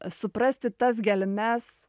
suprasti tas gelmes